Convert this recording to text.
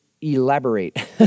elaborate